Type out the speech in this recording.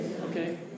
Okay